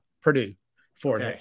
Purdue-Fort